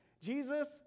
Jesus